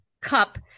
cup